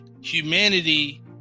Humanity